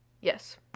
Yes